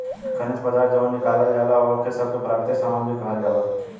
खनिज पदार्थ जवन निकालल जाला ओह सब के प्राकृतिक सामान भी कहल जाला